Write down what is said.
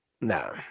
No